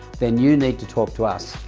then you need to talk to us.